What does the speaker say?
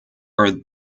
are